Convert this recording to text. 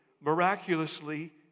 miraculously